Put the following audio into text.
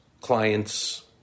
clients